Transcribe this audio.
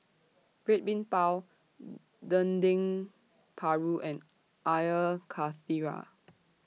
Red Bean Bao Dendeng Paru and Air Karthira